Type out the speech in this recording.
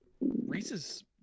Reese's